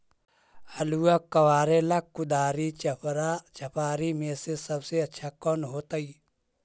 आलुआ कबारेला कुदारी, चपरा, चपारी में से सबसे अच्छा कौन होतई?